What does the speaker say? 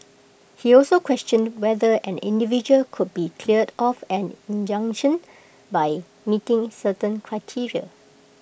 he also questioned whether an individual could be cleared of an injunction by meeting certain criteria